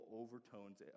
overtones